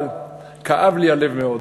אבל כאב לי הלב מאוד,